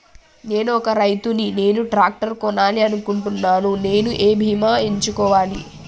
నేను ఒక రైతు ని నేను ట్రాక్టర్ కొనాలి అనుకుంటున్నాను నేను ఏ బీమా ఎంచుకోవాలి?